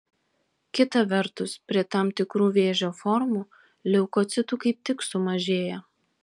kita vertus prie tam tikrų vėžio formų leukocitų kaip tik sumažėja